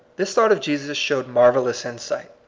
this thought of jesus showed marvel lous insight.